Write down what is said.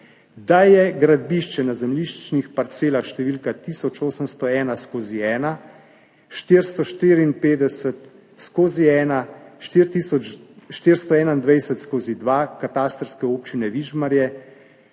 da je gradbišče na zemljiščnih parcelah številka 1801/1, 454/1, 4421/2 katastrske občine Vižmarje